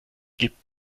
gibt